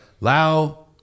Lao